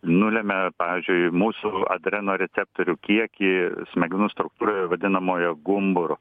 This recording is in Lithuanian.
nulemia pavyzdžiui mūsų adrenoreceptorių kiekį smegenų struktūroje vadinamoje gumburu